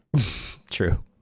true